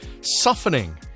softening